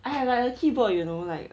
I have like a keyboard you know like